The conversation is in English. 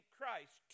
Christ